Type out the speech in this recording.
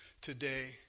today